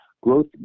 growth